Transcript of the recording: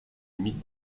limite